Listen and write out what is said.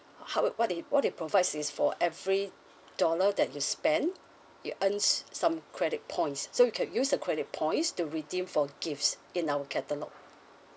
how it what it what it provides is for every dollar that you spend you earn some credit points so you can use the credit points to redeem for gifts in our catalogue